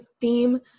theme